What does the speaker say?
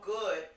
good